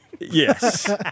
Yes